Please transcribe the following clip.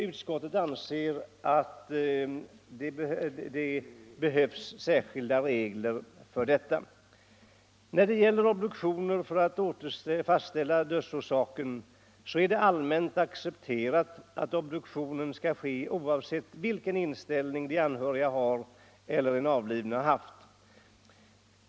Utskottet anser att det behövs särskilda regler för detta. När det gäller obduktioner för att fastställa dödsorsaken är det allmänt accepterat att obduktion skall ske oavsett vilken inställning de anhöriga eller den avlidne haft.